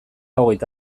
hogeita